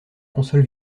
console